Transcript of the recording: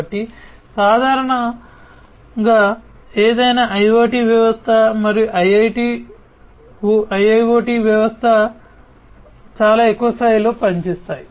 కాబట్టి సాధారణంగా ఏదైనా IoT వ్యవస్థ మరియు IIoT వ్యవస్థ చాలా ఎక్కువ స్థాయిలో పనిచేస్తాయి